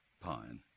Pine